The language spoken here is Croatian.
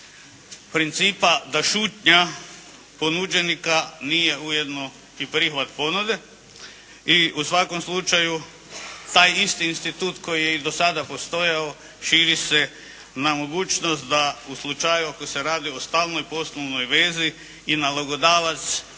principa da šutnja ponuđenika nije ujedno i prihvat ponude. I u svakom slučaju taj isti institut koji je i do sada postojao živi se na mogućnost da, u slučaju ako se radi o stalnoj polovnoj vezi i nalogodavac,